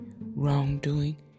wrongdoing